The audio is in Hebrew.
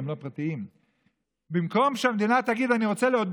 יותר מ-20%?